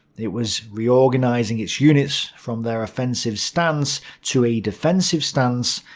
it was reorganizing its units from their offensive stance to a defensive stance,